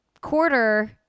quarter